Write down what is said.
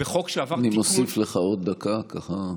בחוק שעבר תיקון, אני מוסיף לך עוד דקה, ככה.